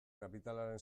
kapitalaren